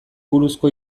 buruzko